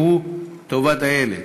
שהוא טובת הילד.